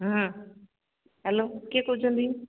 ହଁ ହ୍ୟାଲୋ କିଏ କହୁଛନ୍ତି